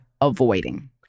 avoiding